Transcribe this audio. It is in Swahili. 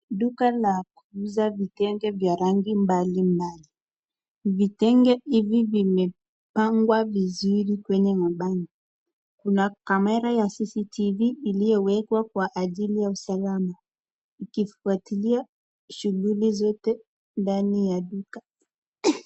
Duka ya kuuza vitenge vya rangi mbalimbali, vitenge hivi vimepangwa vizuri kwenye mapano, Kuna kamera ya CCTV iliyowekwa kwa ajili ya usalama ikifuatilia shughuli zote ndani ya duka